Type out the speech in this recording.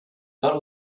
but